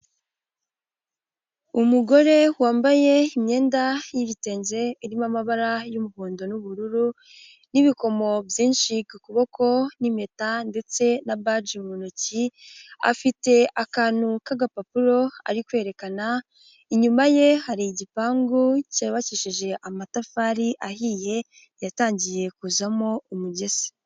Umugore wambaye imyenda y'igitenge irimo amabara y'umuhondo n'ubururu, n'ibikomo byinshi ku kuboko n'impeta ndetse na baji mu ntoki, afite akantu k'agapapuro ari kwerekana. Inyuma ye hari igipangu cyubakishije amatafari ahiye, yatangiye kuzamo umugese.